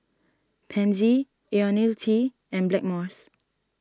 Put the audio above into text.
Pansy Ionil T and Blackmores